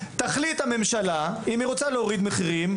תחליט הממשלה אם היא רוצה להוריד מחירים,